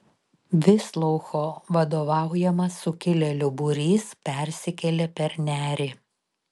visloucho vadovaujamas sukilėlių būrys persikėlė per nerį